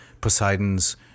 Poseidon's